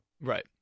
Right